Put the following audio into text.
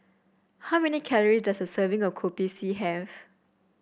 how many calorie does a serving of Kopi C have